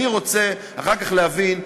אני רוצה אחר כך להבין,